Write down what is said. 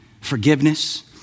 forgiveness